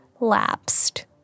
lapsed